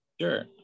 Sure